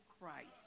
Christ